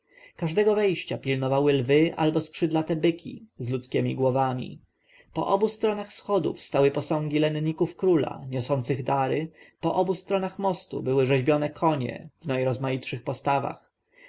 każdego wejścia pilnowały lwy albo skrzydlate byki z ludzkiemi głowami po obu stronach schodów stały posągi lenników króla niosących dary po obu stronach mostu były rzeźbione konie w najrozmaitszych postawach